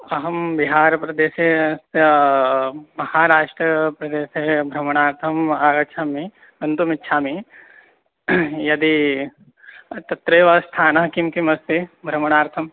अहं बिहारप्रदेशे अस्य महाराष्ट्रप्रदेशे भ्रमणार्थम् आगच्छामि गन्तुमिच्छामि यदि तत्रैव स्थानं किं किमस्ति भ्रमणार्थं